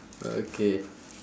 okay